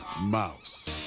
mouse